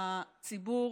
הציבור